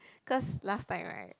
cause last time right